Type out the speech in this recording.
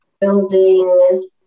building